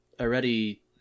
already